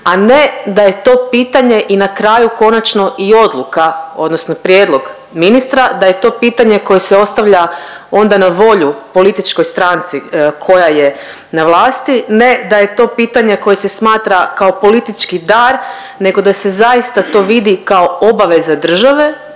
a ne da je to pitanje i na kraju konačno i odluka odnosno prijedlog ministra da je to pitanje koje se ostavlja onda na volju političkoj stranci koja je na vlasti, ne da je to pitanje koje se smatra kao politički dar nego da se zaista to vidi kao obaveza države